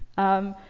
um,